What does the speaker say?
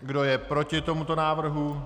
Kdo je proti tomuto návrhu?